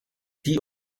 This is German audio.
die